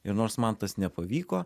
ir nors man tas nepavyko